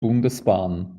bundesbahn